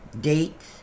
dates